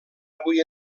avui